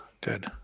good